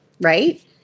right